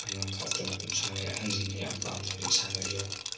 ꯑꯉꯥꯡ ꯈꯥꯛꯇꯅ ꯑꯗꯨꯝ ꯁꯥꯟꯅꯩ ꯑꯍꯜꯁꯤꯡꯅ ꯌꯥꯝꯅ ꯄꯥꯝꯅ ꯍꯧꯖꯤꯛ ꯁꯥꯟꯅꯩ ꯌꯣꯒꯥ